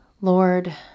Lord